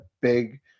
big